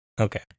Okay